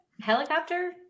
helicopter